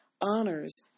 honors